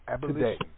today